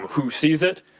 um who sees it.